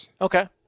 Okay